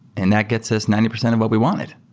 and that gets us ninety percent of what we wanted.